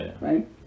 right